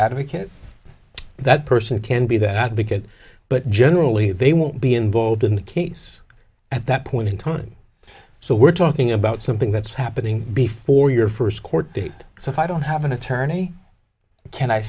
advocate that person can be that bigot but generally they won't be involved in the case at that point in time so we're talking about something that's happening before your first court date so i don't have an attorney can i